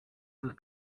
for